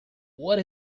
what